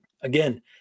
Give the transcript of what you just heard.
Again